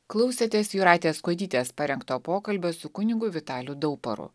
klausėtės jūratės kuodytės parengto pokalbio su kunigu vitaliu daubaru